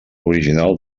original